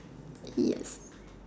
yes